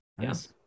Yes